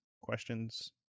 Questions